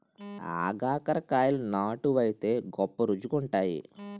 ఆగాకరకాయలు నాటు వైతే గొప్ప రుచిగుంతాయి